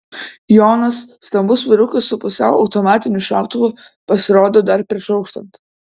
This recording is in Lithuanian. jonas stambus vyrukas su pusiau automatiniu šautuvu pasirodo dar prieš auštant